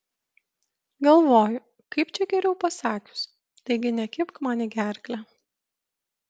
galvoju kaip čia geriau pasakius taigi nekibk man į gerklę